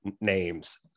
names